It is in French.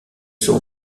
sont